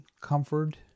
comfort